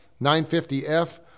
950F